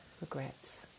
regrets